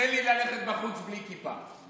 תן לי ללכת בחוץ בלי כיפה.